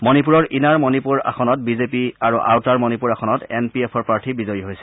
মণিপুৰৰ ইনাৰ মণিপুৰ আসনত B J P আৰু আউটাৰ মণিপুৰ আসনত এন পি এফৰ প্ৰাৰ্থী বিজয়ী হৈছে